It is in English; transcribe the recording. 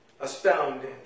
astounding